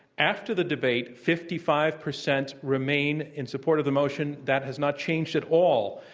after the debate, fifty five percent remain in support of the motion. that has not changed at all.